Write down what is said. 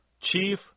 Chief